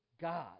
God